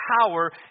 power